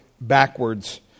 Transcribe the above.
backwards